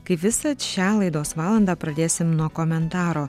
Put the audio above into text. kaip visad šią laidos valandą pradėsim nuo komentaro